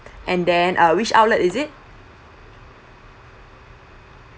and then uh which outlet is it